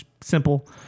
simple